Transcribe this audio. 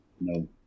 No